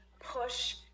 push